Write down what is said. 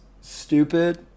stupid